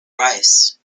rice